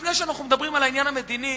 לפני שאנחנו מדברים על העניין המדיני,